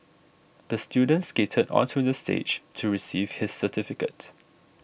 the student skated onto the stage to receive his certificate